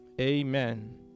Amen